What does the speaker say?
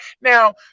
Now